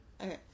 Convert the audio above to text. Okay